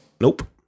Nope